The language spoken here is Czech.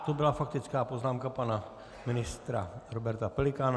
To byla faktická poznámka pana ministra Roberta Pelikána.